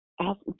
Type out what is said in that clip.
ask